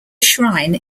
shrine